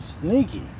sneaky